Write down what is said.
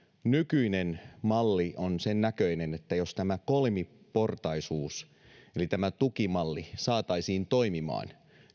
nykyinen malli on sen näköinen että jos tämä kolmiportaisuus eli tämä tukimalli saataisiin toimimaan